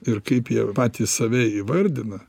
ir kaip jie patys save įvardina